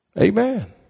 Amen